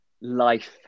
life